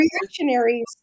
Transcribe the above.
reactionaries